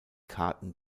karten